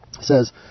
says